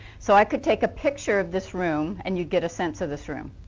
so i could take a picture of this room and you get a sense of this room.